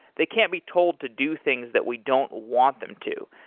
they can't be told to do things that we don't want them to.